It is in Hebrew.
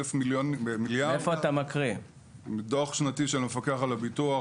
במיליארדים - אני מקריא מדוח שנתי של מפקח על הביטוח.